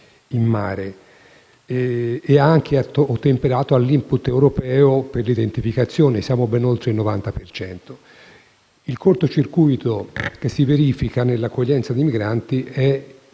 Il corto circuito che si verifica nell'accoglienza dei migranti è